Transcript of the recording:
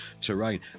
terrain